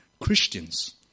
Christians